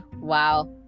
Wow